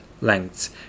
lengths